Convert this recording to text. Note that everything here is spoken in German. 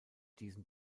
diesen